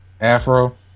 Afro